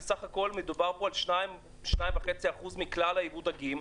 כי בסך הכול מדובר פה על 2.5% מכלל ייבוא הדגים,